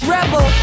Rebel